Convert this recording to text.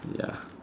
ya